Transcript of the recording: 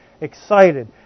excited